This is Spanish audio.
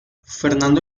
fernando